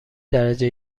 درجه